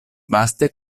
vaste